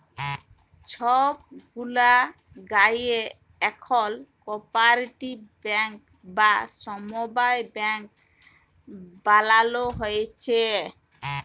ছব গুলা গায়েঁ এখল কপারেটিভ ব্যাংক বা সমবায় ব্যাংক বালালো হ্যয়েছে